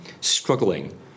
struggling